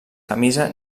camisa